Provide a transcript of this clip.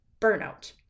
burnout